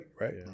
right